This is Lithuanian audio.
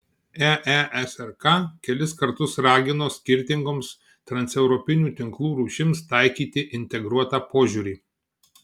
eesrk kelis kartus ragino skirtingoms transeuropinių tinklų rūšims taikyti integruotą požiūrį